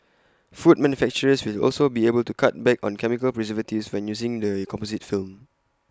food manufacturers will also be able to cut back on chemical preservatives when using the composite film